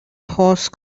horse